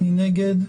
מי נגד?